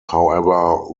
however